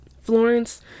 Florence